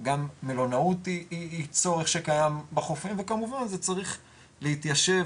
גם מלונאות היא צורך שקיים בחופים וכמובן זה צריך להתיישב